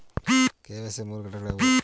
KYC ಯ ಮೂರು ಘಟಕಗಳು ಯಾವುವು?